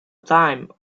time